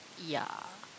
ya